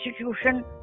institution